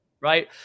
right